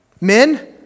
Men